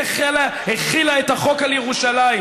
היא שהחילה את החוק על ירושלים,